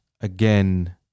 again